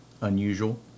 Unusual